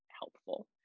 helpful